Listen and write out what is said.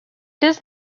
does